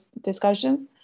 discussions